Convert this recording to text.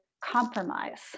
compromise